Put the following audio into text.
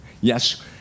Yes